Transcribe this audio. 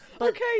Okay